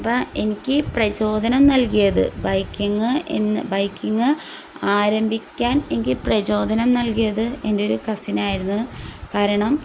അപ്പം എനിക്ക് പ്രചോദനം നൽകിയത് ബൈക്കിങ്ങ് എന്ന് ബൈക്കിങ് ആരംഭിക്കാൻ എനിക്ക് പ്രചോദനം നൽകിയത് എൻ്റെ ഒരു കസിനായിരുന്നു കാരണം